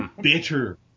bitter